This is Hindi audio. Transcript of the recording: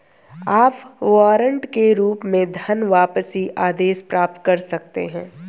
आप वारंट के रूप में धनवापसी आदेश प्राप्त कर सकते हैं